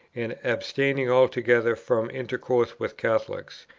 and abstaining altogether from intercourse with catholics,